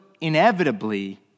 inevitably